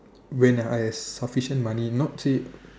when I have sufficient money not say